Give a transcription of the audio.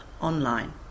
online